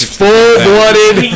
full-blooded